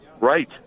right